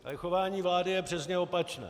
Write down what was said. Ale chování vlády je přesně opačné.